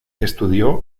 estudió